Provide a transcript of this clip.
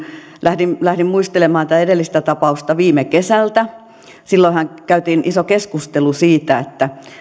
lähdin muistelemaan tätä edellistä tapausta viime kesältä että silloinhan käytiin iso keskustelu siitä että